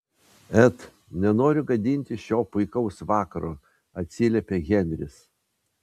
et nenoriu gadinti šio puikaus vakaro atsiliepė henris